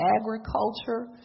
agriculture